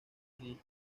illinois